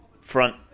front